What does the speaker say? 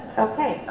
okay.